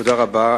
תודה רבה.